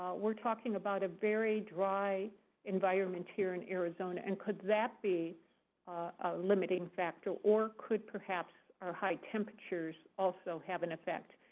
we're talking about a very dry environment here in arizona. and could that be a limiting factor? or could, perhaps, our high temperatures also have an effect?